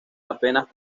apenas